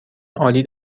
عالی